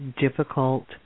difficult